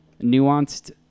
nuanced